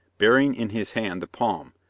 bearing in his hand the palm,